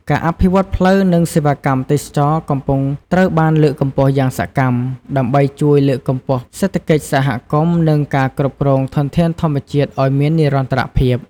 ការអភិវឌ្ឍន៍ផ្លូវ និងសេវាកម្មទេសចរណ៍កំពុងត្រូវបានលើកកម្ពស់យ៉ាងសកម្ម ដើម្បីជួយលើកកម្ពស់សេដ្ឋកិច្ចសហគមន៍ និងការគ្រប់គ្រងធនធានធម្មជាតិឱ្យមាននិរន្តរភាព។